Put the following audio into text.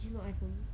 he's not iphone